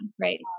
Right